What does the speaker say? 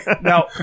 Now